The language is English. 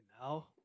now